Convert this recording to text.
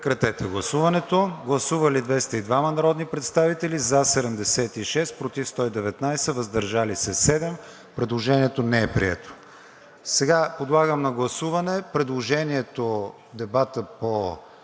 на гласуване. Гласували 202 народни представители: за 76, против 119, въздържали се 7. Предложението не е прието. Подлагам на гласуване предложението дебатът по